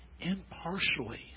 impartially